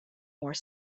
more